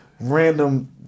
random